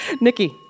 Nikki